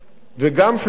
וגם של שכל.